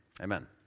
Amen